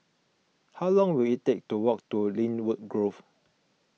how long will it take to walk to Lynwood Grove